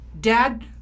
Dad